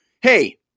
hey